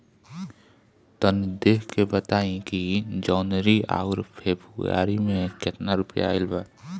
तनी देख के बताई कि जौनरी आउर फेबुयारी में कातना रुपिया आएल बा?